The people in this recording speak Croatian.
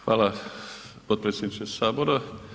Hvala potpredsjedniče Sabora.